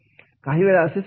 काही वेळा असे सुद्धा होते